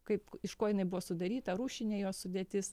kaip iš ko jinai buvo sudaryta rūšinė jos sudėtis